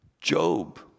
Job